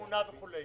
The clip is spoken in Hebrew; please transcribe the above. אמונה וכו',